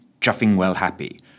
Chuffingwell-Happy